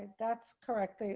that's correct.